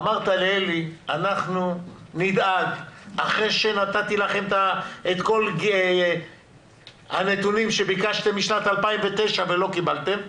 אמרת לעלי: אחרי שנתתי לכם את כל הנתונים שביקשתם משנת 2009 ולא קיבלתם,